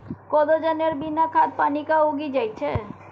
कोदो जनेर बिना खाद पानिक उगि जाएत छै